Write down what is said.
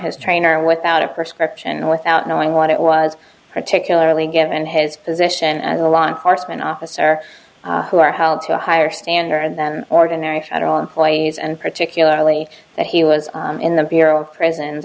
his trainer without a prescription and without knowing what it was particularly given his position as a law enforcement officer who are held to a higher standard than ordinary federal employees and particularly that he was in the bureau of prisons